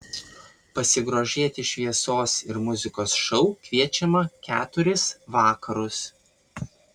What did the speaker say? pasigrožėti šviesos ir muzikos šou kviečiama keturis vakarus